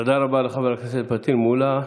תודה רבה לחבר הכנסת פטין מולא.